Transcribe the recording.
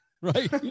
right